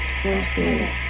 forces